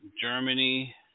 Germany